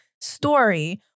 story